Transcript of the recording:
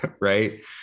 right